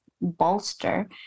bolster